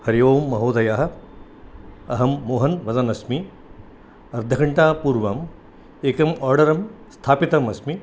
हरि ओं महोदयः अहं मोहन् वदन्नस्मि अर्धघण्टात् पूर्वं एकम् आर्डरम् स्थापितम् अस्मि